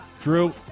Drew